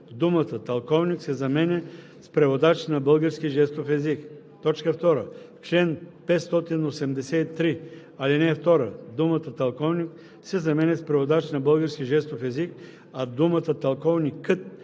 думата „тълковник“ се заменя с „преводач на български жестов език“. 2. В чл. 583, ал. 2 думата „тълковник“ се заменя е „преводач на български жестов език“, а думата „тълковникът“